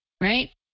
right